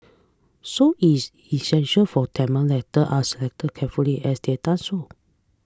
so it's essential for Tamil letter are select carefully as they've done so